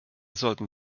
sollten